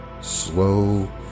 Slow